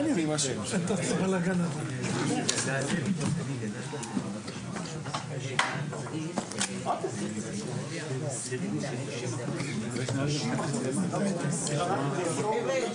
הישיבה ננעלה בשעה 14:33.